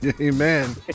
Amen